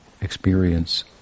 experience